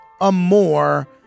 Amore